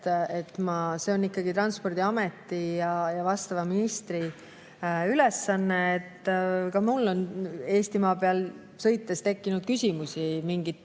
See on Transpordiameti ja vastava ministri ülesanne. Ka mul on Eestimaa peal sõites tekkinud küsimusi mingite